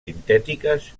sintètiques